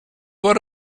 what